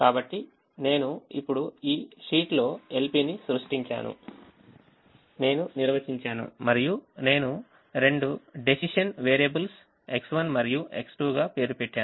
కాబట్టి నేను ఇప్పుడు ఈ షీట్లో LP ని సృష్టించాను నేను నిర్వచించాను మరియు నేను రెండు decision వేరియబుల్స్ X1 మరియు X2 గా పేరు పెట్టాను